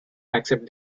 accept